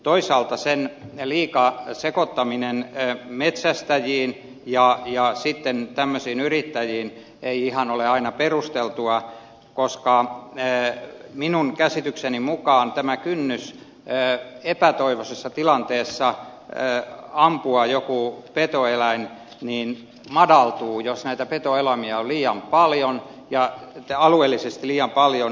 toisaalta sen liika sekoittaminen metsästäjiin ja tämmöisiin yrittäjiin ei ihan ole aina perusteltua koska minun käsitykseni mukaan kynnys epätoivoisessa tilanteessa ampua joku petoeläin madaltuu jos petoeläimiä on alueellisesti liian paljon